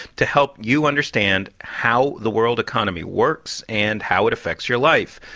to help you understand how the world economy works and how it affects your life.